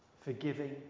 forgiving